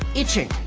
itching,